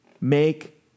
make